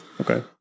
Okay